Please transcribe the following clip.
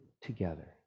together